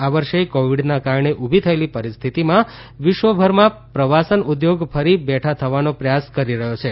આ વર્ષે કોવિડના કારણે ઊભી થયેલી પરિસ્થિતિમાં વિશ્વભરમાં પ્રવાસન ઉદ્યોગ ફરી બેઠા થવાનો પ્રયાસ કરી રહ્યો છે